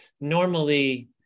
normally